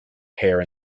hair